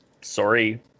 sorry